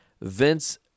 Vince